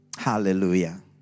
Hallelujah